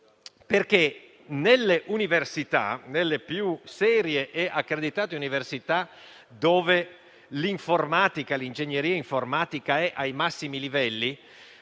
perché nelle università più serie e accreditate, dove l'ingegneria informatica è ai massimi livelli,